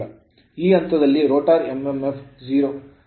ಆದ್ದರಿಂದ ಈ ಹಂತದಲ್ಲಿ ರೋಟರ್ mmf 0